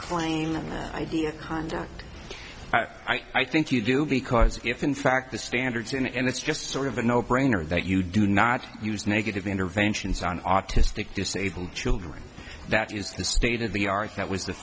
claim the idea of contact i think you do because if in fact the standards in the end it's just sort of a no brainer that you do now use negative interventions on autistic disabled children that is the state of the art that was the